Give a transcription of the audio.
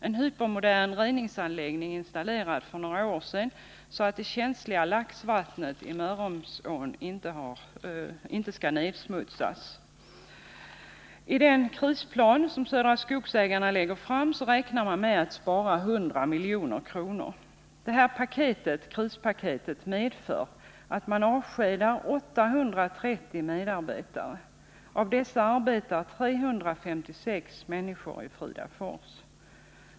En hypermodern reningsanläggning installerades för några år sedan; detta för att undvika att det känsliga laxvattnet i Mörrumsån nedsmutsas Södra Skogsägarna räknar i sin krisplan med att spara 100 milj.kr. Det här krispaketet innebär att man måste avskeda 830 medarbetare. Av dessa arbetar 356 personer i Fridafors.